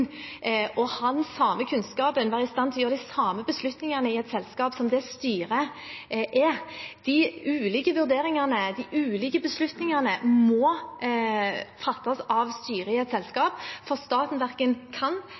ha den samme kunnskapen og være i stand til å gjøre de samme beslutningene i et selskap som det styret kan. De ulike vurderingene, de ulike beslutningene, må fattes av styret i et selskap, for staten verken kan